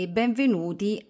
benvenuti